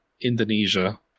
Indonesia